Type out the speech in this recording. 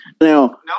now